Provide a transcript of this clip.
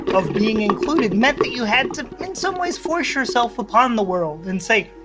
of being included, meant that you had to in some ways force yourself upon the world and say,